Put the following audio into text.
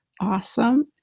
Awesome